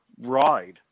ride